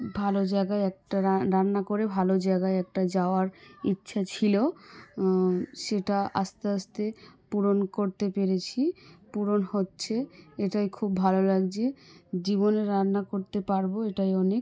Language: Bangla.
ভালো জায়গায় একটা রান্না করে ভালো জায়গায় একটা যাওয়ার ইচ্ছা ছিলো সেটা আস্তে আস্তে পূরণ করতে পেরেছি পূরণ হচ্ছে এটাই খুব ভালো লাগছে জীবনে রান্না করতে পারবো এটাই অনেক